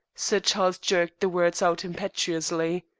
sir charles jerked the words out impetuously.